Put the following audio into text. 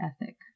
ethic